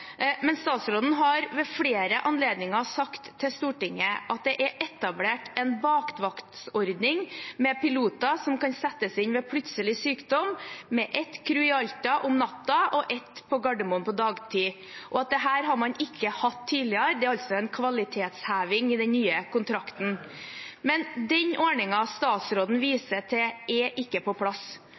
Men statsråden har ved flere anledninger sagt til Stortinget at det er etablert en bakvaktordning med piloter som kan settes inn ved plutselig sykdom, med ett crew i Alta om natten og ett på Gardermoen på dagtid. Dette har man ikke hatt tidligere, det er altså en kvalitetsheving i den nye kontrakten. Men den ordningen statsråden viser til, er ikke på plass.